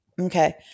Okay